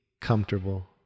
comfortable